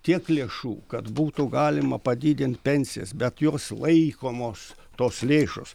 tiek lėšų kad būtų galima padidint pensijas bet jos laikomos tos lėšos